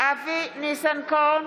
אבי ניסנקורן,